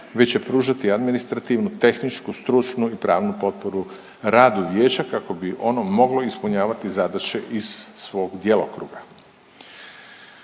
već će pružati administrativnu, tehničku, stručnu i pravnu potporu radu vijeća kako bi ono moglo ispunjavati zadaće iz svog djelokruga.